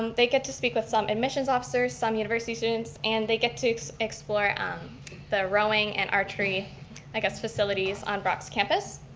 and they get to speak with some admissions officers, some university students, and they get to explore um the rowing and archery like facilities on brock's campus.